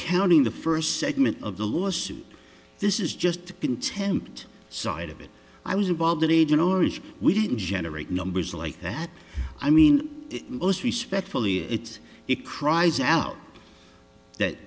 counting the first segment of the lawsuit this is just the content side of it i was involved in agent orange we didn't generate numbers like that i mean most respectfully it's it cries out that